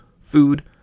food